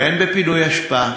הן בפינוי אשפה,